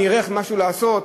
אני אראה אם יש משהו לעשות?